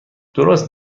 درست